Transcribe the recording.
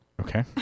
Okay